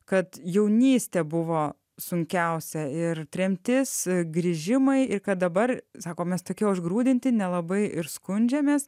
kad jaunystė buvo sunkiausia ir tremtis grįžimai ir kad dabar sako mes tokie užgrūdinti nelabai ir skundžiamės